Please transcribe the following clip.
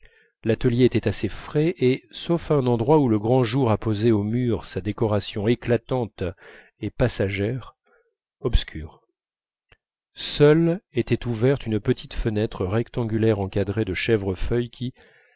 l'atelier était assez frais et sauf à un endroit où le grand jour apposait au mur sa décoration éclatante et passagère obscur seule était ouverte une petite fenêtre rectangulaire encadrée de chèvrefeuilles qui